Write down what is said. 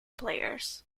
players